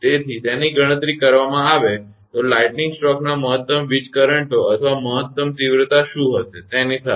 તેથી તેની ગણતરી કરવામાં આવે તો લાઇટનીંગ સ્ટ્રોકનાં મહત્તમ વીજ કરંટો અથવા મહત્તમ તીવ્રતા શું હશે તેની સાથે